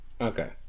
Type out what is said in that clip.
Okay